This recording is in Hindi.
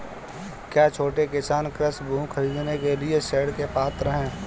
क्या छोटे किसान कृषि भूमि खरीदने के लिए ऋण के पात्र हैं?